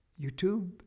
YouTube